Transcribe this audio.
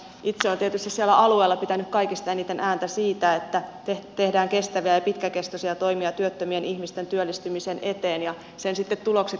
itse olen tietysti siellä alueella pitänyt kaikista eniten ääntä siitä että tehdään kestäviä ja pitkäkestoisia toimia työttömien ihmisten työllistymisen eteen ja sen sitten tulokset jatkossa näyttävät